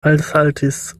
alsaltis